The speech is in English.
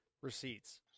receipts